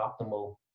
optimal